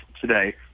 today